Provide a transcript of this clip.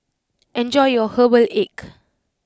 enjoy your Herbal Egg